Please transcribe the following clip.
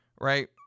right